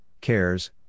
CARES